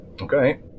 Okay